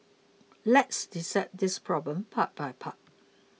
let's dissect this problem part by part